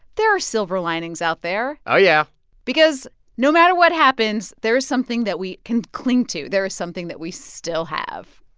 there are silver linings out there oh, yeah because no matter what happens, there is something that we can cling to. there is something that we still have